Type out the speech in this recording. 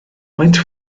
faint